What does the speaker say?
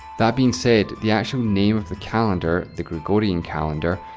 that being said, the actual name of the calendar, the gregorian calendar,